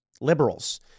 liberals